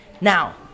Now